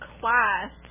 class